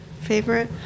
favorite